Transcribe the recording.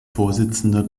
vorsitzender